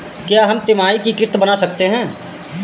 क्या हम तिमाही की किस्त बना सकते हैं?